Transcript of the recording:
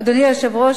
אדוני היושב-ראש,